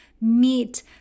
meet